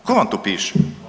Tko vam to piše?